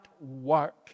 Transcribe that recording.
work